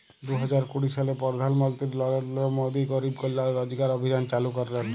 দু হাজার কুড়ি সালে পরধাল মলত্রি লরেলদ্র মোদি গরিব কল্যাল রজগার অভিযাল চালু ক্যরেল